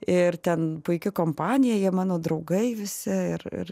ir ten puiki kompanija jie mano draugai visi ir ir